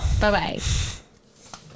bye-bye